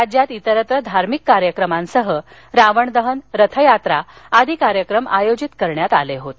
राज्यात इतरत्र धार्मिक कार्यक्रमांसह रावण दहन रथयात्रा आदी आयोजित करण्यात आले होते